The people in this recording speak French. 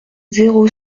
zéro